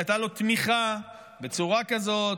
שהייתה לו תמיכה בצורה כזאת,